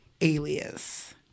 alias